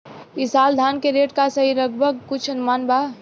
ई साल धान के रेट का रही लगभग कुछ अनुमान बा?